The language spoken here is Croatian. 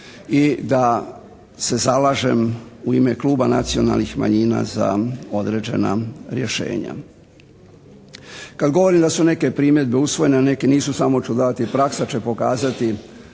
i da se zalažem u ime kluba Nacionalnih manjina za određena rješenja. Kad govorim da su neke primjedbe usvojene, a neke nisu samo ću davati, praksa će pokazati